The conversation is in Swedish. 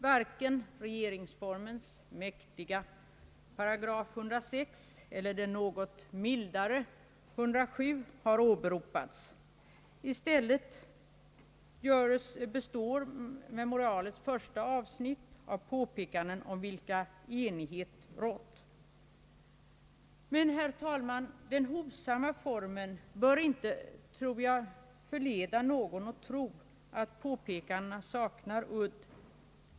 Varken regeringsformens mäktiga § 106 eller den något mildare 107 har åberopats. I stället består memorialets första avsnitt av påpekanden om vilka enighet rått. Den hovsamma formen bör dock inie föranleda någon att tro att påpekandena saknar udd.